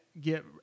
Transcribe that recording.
get